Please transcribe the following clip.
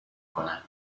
کنم